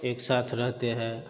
एक साथ रहते हैं